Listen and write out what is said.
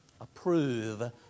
Approve